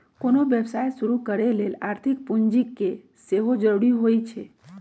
कोनो व्यवसाय शुरू करे लेल आर्थिक पूजी के सेहो जरूरी होइ छै